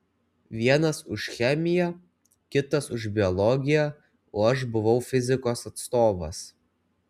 vienas už chemiją kitas už biologiją o aš buvau fizikos atstovas